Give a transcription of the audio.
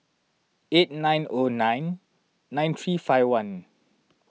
eight nine O nine nine three five one